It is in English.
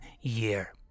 year